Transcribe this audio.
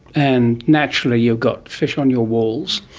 and naturally you've got fish on your walls,